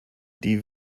die